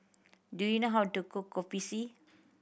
do you know how to cook Kopi C